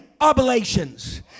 oblations